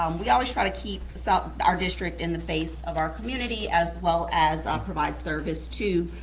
um we always try to keep so our district in the face of our community as well as ah provide service to